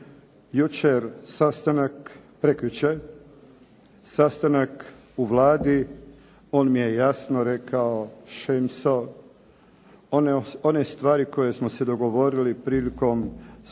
jučer sastanak, prekjučer sastanak u Vladi on mi je jasno rekao Šemso one stvari koje smo se dogovorili prilikom